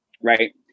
right